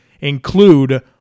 include